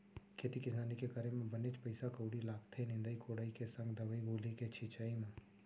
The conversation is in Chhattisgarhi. खेती किसानी के करे म बनेच पइसा कउड़ी लागथे निंदई कोड़ई के संग दवई गोली के छिंचाई म